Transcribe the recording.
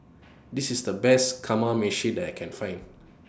This IS The Best Kamameshi that I Can Find